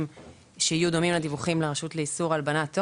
שיהיו דומים לדיווחים לרשות לאיסור הלבנת הון.